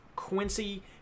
Quincy